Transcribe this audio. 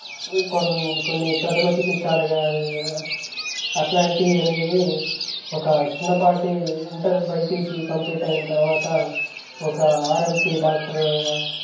కొన్ని కొన్ని ప్రథమ చిక్సితలు కానీ అలాంటి అనేవి ఒక చిన్నపాటి ఇంటర్ బైపీసీ కంప్లీట్ అయిన తర్వాత ఒక ఆర్ఎంపీ డాక్టర్గా